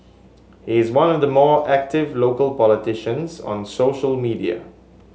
he is one of the more active local politicians on social media